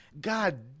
God